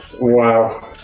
Wow